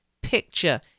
picture